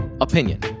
opinion